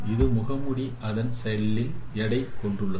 ஒரு முகமூடி அதன் செல்லின் எடையை கொண்டுள்ளது